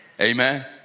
Amen